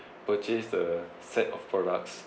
purchased a set of products